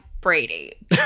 Brady